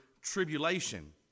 tribulation